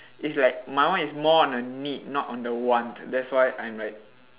it's like my one is more on a need not on the want that's why I'm like